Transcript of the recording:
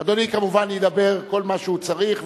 אדוני כמובן ידבר כל מה שהוא צריך,